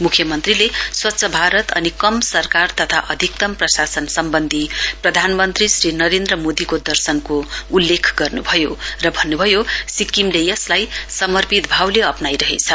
मुख्यमन्त्रीले स्वच्छ भारत अनि कम सरकार तथा अधिकतम प्रशासन सम्वन्धी प्रधानमन्त्री श्री नरेन्द्र मोदीको दर्शनको उल्लेख गर्नुभयो र भन्नुभयो सिक्किमले यसलाई समर्पित भावले अप्राइरहेछ